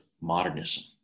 modernism